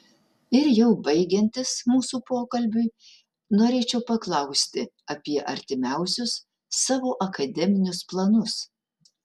ir jau baigiantis mūsų pokalbiui norėčiau paklausti apie artimiausius savo akademinius planus